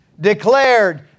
declared